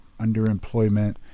underemployment